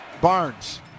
barnes